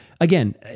again